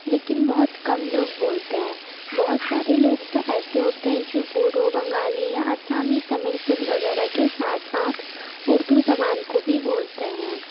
لیکن بہت کم لوگ بولتے ہیں بہت سارے لوگ تو ایسے ہوتے ہیں جو بوڈھو بنگالی یا آسامی تمل پور وغیرہ کے ساتھ ساتھ اردو زبان کو بھی بولتے ہیں